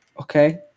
okay